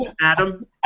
Adam